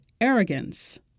arrogance